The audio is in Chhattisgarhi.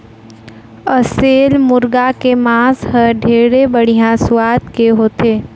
असेल मुरगा के मांस हर ढेरे बड़िहा सुवाद के होथे